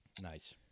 Nice